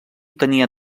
tenia